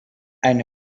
eine